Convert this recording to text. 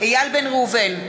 איל בן ראובן,